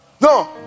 No